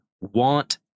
want